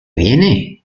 viene